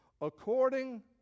according